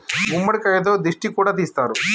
గుమ్మడికాయతో దిష్టి కూడా తీస్తారు